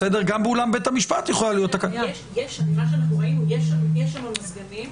גם באולם בית המשפט יכולה להיות תקלה --- ממה שראינו יש שם מזגנים.